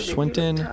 Swinton